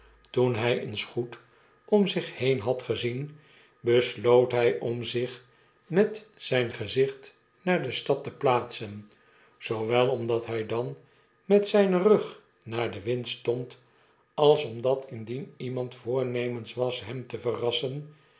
toen hy eens goed om zich heen had gezien besloot h y om zich met zp gezicht naar de stad te plaatsen zoowel omdat hij dan met zpen rug naar den wind stond als omdat indien iemand voornemens was hem te verrassen